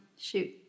Shoot